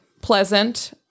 pleasant